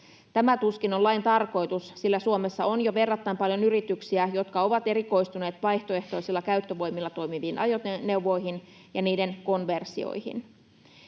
Tämä tuskin on lain tarkoitus, sillä Suomessa on jo verrattain paljon yrityksiä, jotka ovat erikoistuneet vaihtoehtoisilla käyttövoimilla toimiviin ajoneuvoihin ja niiden konversioihin.